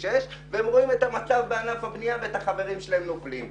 משנת1,996 והם רואים את המצב בענף הבנייה ואת החברים שלהם נופלים.